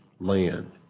land